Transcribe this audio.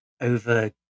over